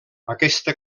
aquesta